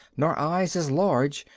nor eyes as large,